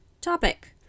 topic